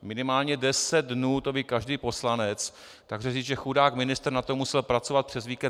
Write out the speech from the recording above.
Minimálně deset dnů to ví každý poslanec, takže říct, že chudák ministr na tom musel pracovat přes víkend...